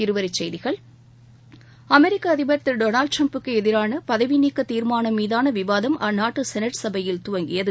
இருவரிச் செய்திகள் அமெரிக்க அதிபர் திருடோனால்டு ட்ரம்புக்கு எதிரான பதவிநீக்க தீர்மானம் மீதான விவாதம் அந்நாட்டு செனட் சபையில் துவங்கியது